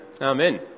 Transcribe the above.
Amen